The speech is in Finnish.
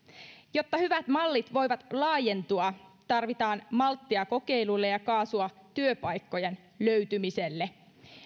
jotta hyvät mallit voivat laajentua tarvitaan malttia kokeiluille ja kaasua työpaikkojen löytymiselle